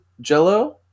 jello